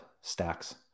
stacks